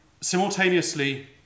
simultaneously